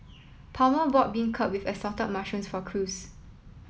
Palmer bought beancurd with assorted mushrooms for Cruz